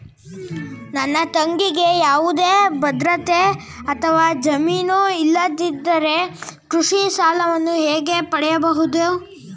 ನನ್ನ ತಂಗಿಗೆ ಯಾವುದೇ ಭದ್ರತೆ ಅಥವಾ ಜಾಮೀನು ಇಲ್ಲದಿದ್ದರೆ ಕೃಷಿ ಸಾಲವನ್ನು ಹೇಗೆ ಪಡೆಯಬಹುದು?